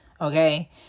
okay